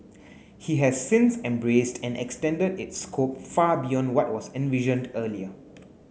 he has since embraced and extended its scope far beyond what was envisioned earlier